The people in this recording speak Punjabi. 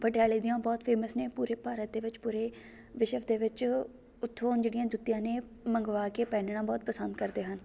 ਪਟਿਆਲੇ ਦੀਆਂ ਬਹੁਤ ਫੇਮਸ ਨੇ ਪੂਰੇ ਭਾਰਤ ਦੇ ਵਿੱਚ ਪੂਰੇ ਵਿਸ਼ਵ ਦੇ ਵਿੱਚ ਉੱਥੋਂ ਜਿਹੜੀਆਂ ਜੁੱਤੀਆਂ ਨੇ ਮੰਗਵਾ ਕੇ ਪਹਿਨਣਾ ਬਹੁਤ ਪਸੰਦ ਕਰਦੇ ਹਨ